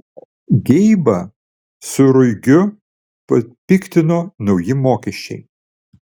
geibą su ruigiu papiktino nauji mokesčiai